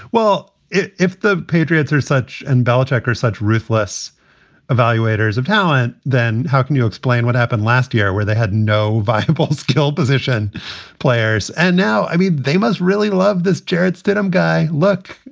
well, if the patriots are such and belichick are such ruthless evaluators of talent, then how can you explain what happened last year where they had no viable skill position players and now i mean, they must really love this jarrett stidham guy. look,